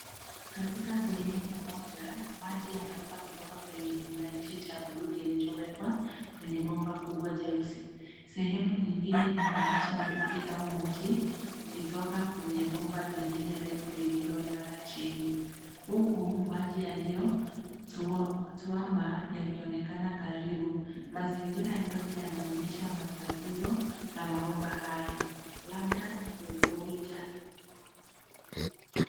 Katika sehemu moja, maji yanaruka kutoka kwenye kiunganishi cha buluu kilichowekwa kwenye bomba kubwa jeusi. Sehemu nyingine linaonesha mvuke au moshi ukitoka kwenye bomba lingine refu lililolala chini, huku maji yaliyotwama yakionekana karibu. Mazingira yote yanaonesha matatizo na mabomba hayo, labda kuvuja.